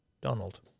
Donald